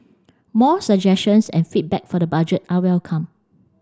more suggestions and feedback for the Budget are welcome